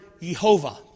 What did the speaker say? Yehovah